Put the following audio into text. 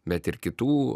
bet ir kitų